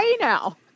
now